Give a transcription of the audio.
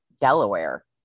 Delaware